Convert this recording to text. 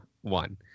One